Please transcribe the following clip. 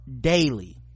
daily